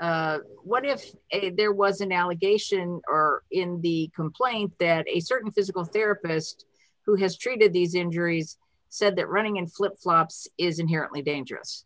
hypothetical what if there was an allegation or in the complaint that a certain physical therapist who has treated these injuries said that running in flip flops is inherently dangerous